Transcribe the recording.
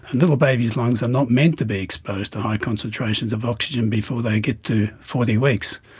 little babies' lungs are not meant to be exposed to high concentrations of oxygen before they get to forty weeks.